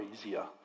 easier